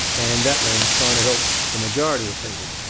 and that means trying to help the majority of people.